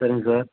சரிங்க சார்